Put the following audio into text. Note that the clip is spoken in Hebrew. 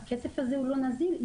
הכסף הזה אינו נזיל,